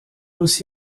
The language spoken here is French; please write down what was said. aussi